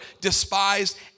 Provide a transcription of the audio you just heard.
despised